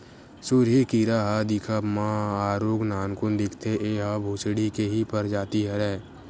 सुरही कीरा ह दिखब म आरुग नानकुन दिखथे, ऐहा भूसड़ी के ही परजाति हरय